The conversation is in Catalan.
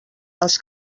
els